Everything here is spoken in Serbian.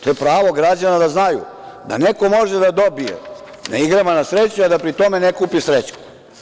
To je pravo građana da znaju da neko može da dobije na igrama na sreću, a da pri tome ne kupi srećku.